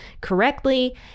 correctly